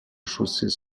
chaussées